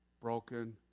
broken